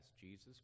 Jesus